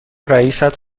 رئیست